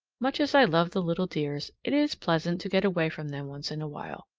much as i love the little dears, it is pleasant to get away from them once in a while.